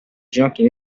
ginocchia